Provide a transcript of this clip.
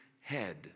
head